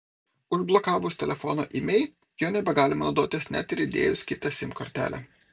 užblokavus telefono imei juo nebegalima naudotis net ir įdėjus kitą sim kortelę